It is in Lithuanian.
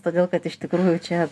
todėl kad iš tikrųjų čia